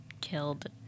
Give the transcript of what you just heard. killed